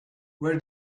where